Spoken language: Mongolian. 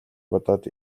бодоод